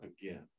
again